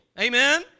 amen